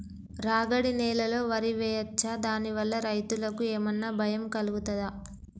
రాగడి నేలలో వరి వేయచ్చా దాని వల్ల రైతులకు ఏమన్నా భయం కలుగుతదా?